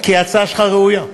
כי ההצעה שלך ראויה,